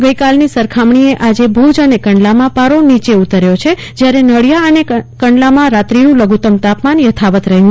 ગઈકાલની સરખામણીમાં આજે ભુજ અને કંડલામાં પારો નીચો ઉતાર્થો છે જયારે નલીયા અને કંડલામાં રાજ્યનું લધુત્તમ તાપમાન યથાવત રહ્યું છે